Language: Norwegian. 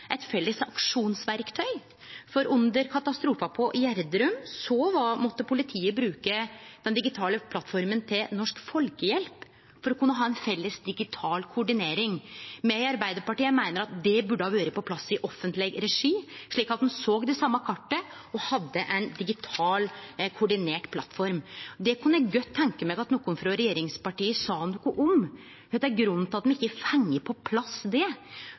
eit felles aksjonsverktøy. Under katastrofen i Gjerdrum måtte politiet bruke den digitale plattforma til Norsk Folkehjelp for å kunne ha ei felles digital koordinering. Me i Arbeidarpartiet meiner at det burde ha vore på plass i offentleg regi, slik at ein såg det same kartet og hadde ei koordinert digital plattform. Eg kunne godt tenkje meg at nokon frå regjeringspartia sa noko om kva som er grunnen til at me ikkje har fått på plass det.